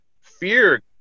Fear